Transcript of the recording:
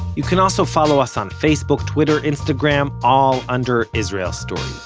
you can also follow us on facebook, twitter, instagram, all under israel story.